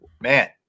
man